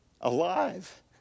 alive